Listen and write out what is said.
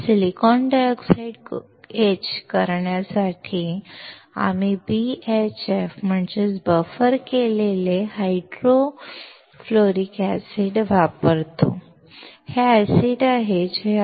silicon dioxide कोरण्यासाठी आम्ही BHF म्हणजेच बफर केलेले हायड्रोफ्लोरिक ऍसिड वापरतो